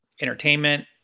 entertainment